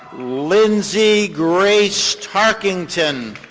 lindsey grace tarkington.